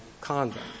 conduct